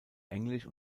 englisch